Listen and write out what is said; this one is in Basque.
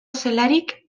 zelarik